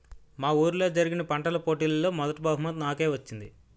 మా వూరిలో జరిగిన పంటల పోటీలలో మొదటీ బహుమతి నాకే వచ్చింది